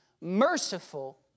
merciful